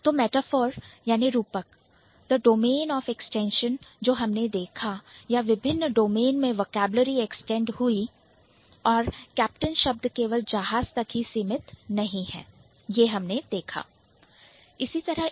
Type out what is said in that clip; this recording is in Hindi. तो metaphor मेटाफोर रूपक the Domain of extension domain of extension जो हमने देखा या विभिन्न डोमेन में वोकैबलरी एक्सटेंड हुई शब्दावली विभिन्न डोमेन के लिए बढ़ा दी गई है और कप्तान शब्द केवल जहाज तक ही सीमित नहीं है